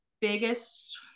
biggest